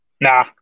Nah